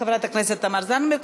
חברת הכנסת תמר זנדברג,